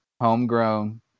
homegrown